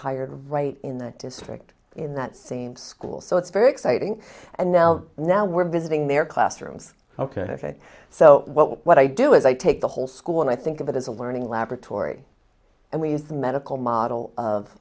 hired right in the district in that same school so it's very exciting and now now we're visiting their classrooms ok so what i do is i take the whole school and i think of it as a learning laboratory and we use the medical model of